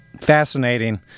fascinating